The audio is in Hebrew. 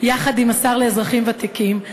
יחד עם השר לאזרחים ותיקים,